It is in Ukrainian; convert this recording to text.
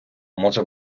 може